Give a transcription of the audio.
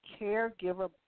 caregiver